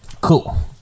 Cool